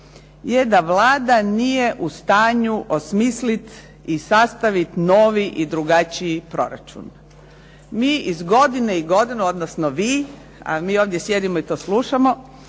je da Vlada nije u stanju osmislit i sastavit novi i drugačiji proračun. Mi iz godine i godinu, odnosno vi, a mi ovdje sjedimo i to slušamo,